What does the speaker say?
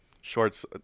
shorts